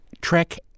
Trek